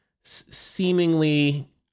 seemingly